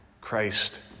Christ